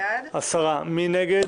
בעד 10, נגד